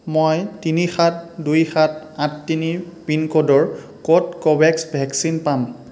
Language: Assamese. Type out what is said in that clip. মই তিনি সাত দুই সাত আঠ তিনি পিনক'ডৰ ক'ত ক'ভেক্স ভেকচিন পাম